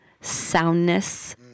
soundness